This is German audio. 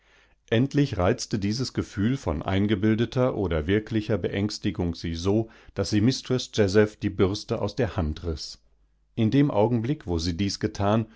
endlich reizte dieses gefühl von eingebildeter oder wirklicher beängstigung sie so daß sie mistreß jazeph die bürste aus der hand riß in dem augenblick wo sie dies getan